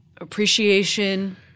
appreciation